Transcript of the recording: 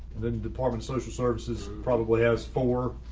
then department social services probably as for.